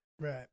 Right